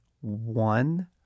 one